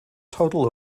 total